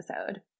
episode